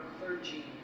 clergy